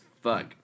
fuck